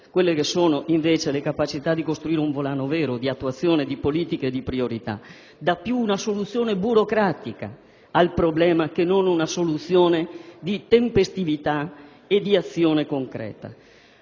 disabili scompensa la capacità di costruire un volano vero di attuazione di politiche e di priorità, dando più una soluzione burocratica al problema, che non di tempestività e di azione concreta.